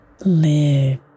Live